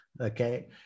okay